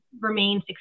remain